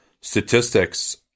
statistics